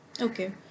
Okay